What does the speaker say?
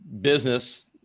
business